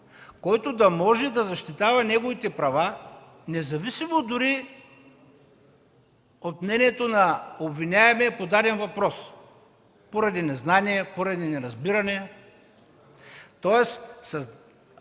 който да може да защитава неговите права, независимо дори от мнението на обвиняемия по даден въпрос поради незнание или неразбиране. Тоест,